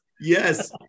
Yes